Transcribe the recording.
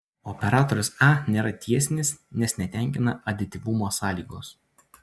operatorius a nėra tiesinis nes netenkina adityvumo sąlygos